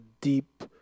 deep